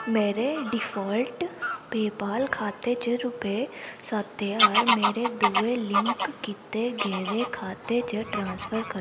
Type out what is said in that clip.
मेरे default PayPal खाते च रपेऽ सत्त ज्हार मेरे दुए लिंक कीते गेदे खाते च ट्रांसफर करो